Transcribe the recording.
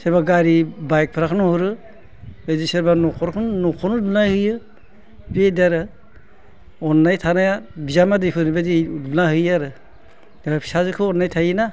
सोरबा गारि बाइगफोरखौनो हरो बिदि सोरबा न'खर न'खौनो लुना होयो बेबादि आरो अननाय थानाया बिजामादैफोर बेबायदि लुना हैयो आरो फिसाजोखौ अननाय थायोना